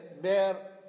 bear